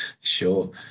Sure